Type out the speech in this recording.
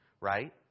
right